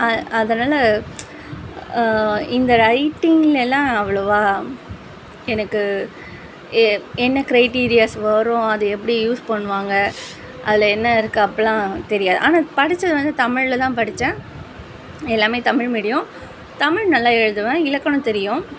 அதனால் இந்த ரைட்டிங்ல எல்லாம் அவ்வளோவா எனக்கு எ என்ன க்ரைட்டீரியாஸ் வரும் அது எப்படி யூஸ் பண்ணுவாங்கள் அதில் என்ன இருக்குது அப்படில்லாம் தெரியாது ஆனால் படிச்சது வந்து தமிழ்ல தான் படிச்சேன் எல்லாமே தமிழ் மீடியோம் தமிழ் நல்லா எழுதுவேன் இலக்கணம் தெரியும்